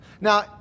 Now